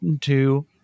two